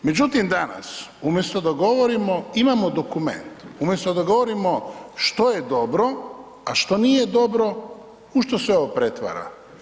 Međutim danas, umjesto da govorimo, imamo dokument, umjesto da govorimo što je dobro a što nije dobro u što se ovo pretvara?